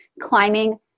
climbing